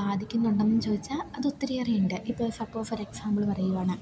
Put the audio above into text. ബാധിക്കുന്നുണ്ടെന്ന് ചോദിച്ചാൽ അത് ഒത്തിരിയേറെയുണ്ട് ഇപ്പം സപ്പോസ് ഒരെക്സാമ്പിൾ പറയുകയാണ്